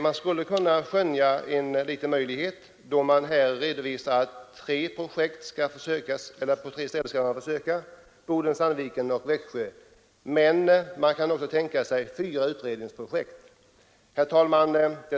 I svaret sägs att försöksverksamhet planeras vid tre anläggningar, i Boden, Sandviken och Växjö, men det talas också om tre å fyra utredningsprojekt”.